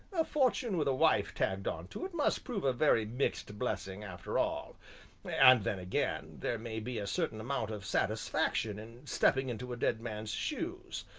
a fortune with a wife tagged on to it must prove a very mixed blessing after all and then again, there may be a certain amount of satisfaction in stepping into a dead man's shoes,